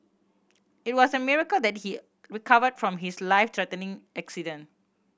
it was a miracle that he recovered from his life threatening accident